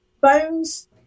bones